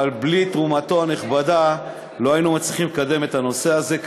אבל בלי תרומתו הנכבדה לא היינו מצליחים לקדם את הנושא הזה.